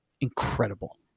incredible